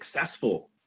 successful